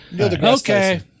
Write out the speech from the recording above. Okay